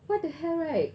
what the hell right